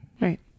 Right